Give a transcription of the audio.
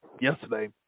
yesterday